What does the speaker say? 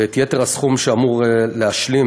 ואת יתר הסכום שאמור להשלים